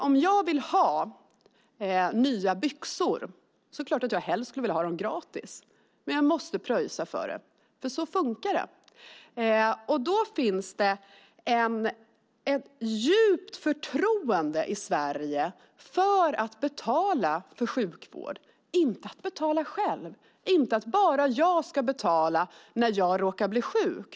Om jag vill ha nya byxor är det klart att jag helst skulle vilja ha dem gratis, men jag måste pröjsa för dem. Så funkar det nämligen. Det finns i Sverige ett djupt förtroende för att betala för sjukvård. Det handlar inte om att betala själv. Det är inte att bara jag ska betala när jag råkar bli sjuk.